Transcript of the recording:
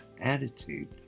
attitude